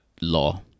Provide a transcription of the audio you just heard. law